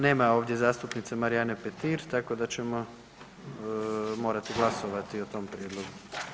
Nema ovdje zastupnice Marijane Petir, tako da ćemo morat glasovat o tom prijedlogu.